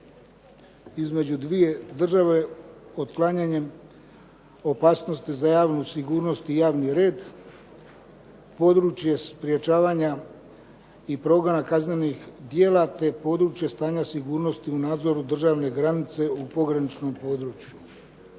između dviju država otklanjanjem opasnosti za javnu sigurnost i javni red, područje sprječavanja i progona kaznenih djela te područje stanja sigurnosti u nadzoru državne granice u pograničnom području.